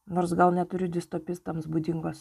nors gal neturiu distopistams būdingos